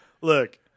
look